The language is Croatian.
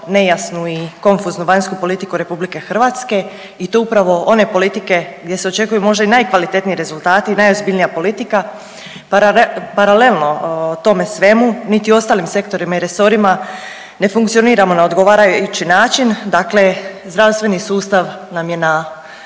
nejasnu i konfuznu vanjsku politiku Republike Hrvatske i to upravo one politike gdje se očekuju možda i najkvalitetniji rezultati i najozbiljnija politika paralelno o tome svemu, niti ostalim sektorima i resorima ne funkcioniramo na odgovarajući način. Dakle, zdravstveni sustav nam je na